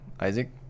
Isaac